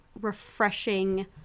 refreshing